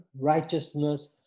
righteousness